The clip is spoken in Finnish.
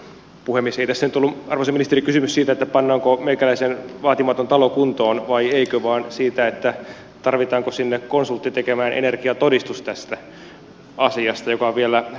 ei tässä nyt ollut arvoisa ministeri kysymys siitä pannaanko meikäläisen vaatimaton talo kuntoon vaiko ei vaan siitä tarvitaanko sinne konsultti tekemään tästä asiasta energiatodistus joka on vielä kallis